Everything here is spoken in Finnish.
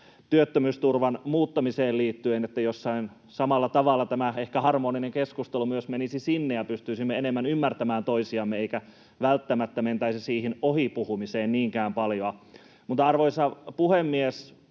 työttömyysturvan muuttamiseen liittyen, jotenkin samalla tavalla tämä harmoninen keskustelu myös menisi sinne ja pystyisimme enemmän ymmärtämään toisiamme eikä välttämättä mentäisi siihen ohipuhumiseen niinkään paljoa. Arvoisa puhemies!